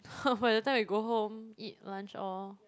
by the time I go home eat lunch all